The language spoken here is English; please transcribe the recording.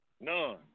None